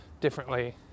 differently